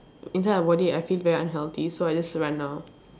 inside my body I feel very unhealthy so I just run ah